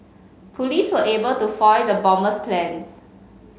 police were able to foil the bomber's plans